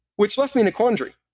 which left me in a quandary.